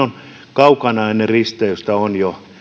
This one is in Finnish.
kaukana ennen risteystä on jo